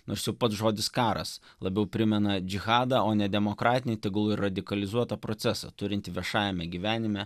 nors jau pats žodis karas labiau primena džihadą o ne demokratinį tegul ir radikalizuotą procesą turintį viešajame gyvenime